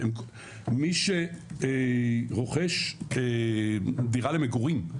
מי שרוכש דירה למגורים,